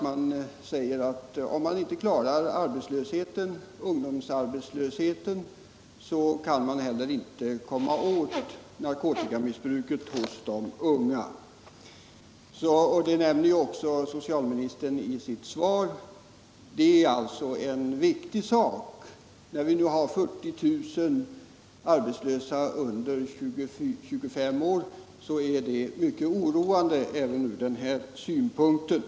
Man säger att om vi inte klarar ungdomsarbetslösheten, så kan man inte heller komma åt narkotikamissbruket hos de unga. Det nämner också socialministern i sitt svar, och detta är alltså en viktig sak. När vi nu har 40 000 arbetslösa under 25 år, så är det mycket oroande även från den här synpunkten.